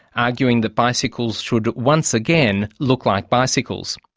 arguing that bicycles should once again look like bicycles.